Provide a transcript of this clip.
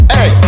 Hey